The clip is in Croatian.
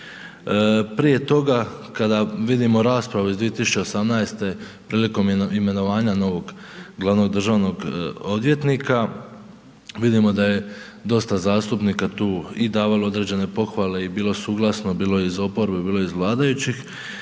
Prije toga kada vidimo raspravu iz 2018. prilikom imenovanja novog glavnog državnog odvjetnika, vidimo da je dosta zastupnika tu i davalo određene pohvale i bilo suglasno, bilo iz oporbe, bilo iz vladajućih